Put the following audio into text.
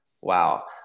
wow